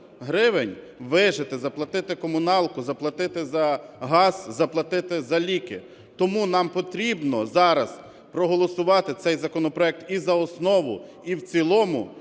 гривень вижити – заплатити комуналку, заплатити за газ, заплатити за ліки? Тому нам потрібно зараз проголосувати цей законопроект і за основу, і в цілому.